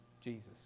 Jesus